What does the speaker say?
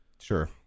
sure